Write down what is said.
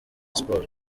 sports